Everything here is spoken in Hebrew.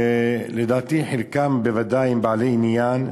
שלדעתי חלקם בוודאי הם בעלי עניין,